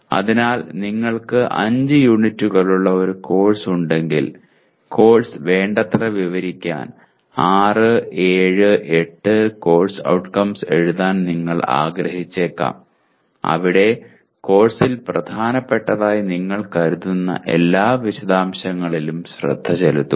അതിനാൽ നിങ്ങൾക്ക് 5 യൂണിറ്റുകളുള്ള ഒരു കോഴ്സ് ഉണ്ടെങ്കിൽ കോഴ്സ് വേണ്ടത്ര വിവരിക്കാൻ 6 7 8 കോഴ്സ് ഔട്ട്കംസ് എഴുതാൻ നിങ്ങൾ ആഗ്രഹിച്ചേക്കാം അവിടെ കോഴ്സിൽ പ്രധാനപ്പെട്ടതായി നിങ്ങൾ കരുതുന്ന എല്ലാ വിശദാംശങ്ങളിലും ശ്രദ്ധ ചെലുത്തുക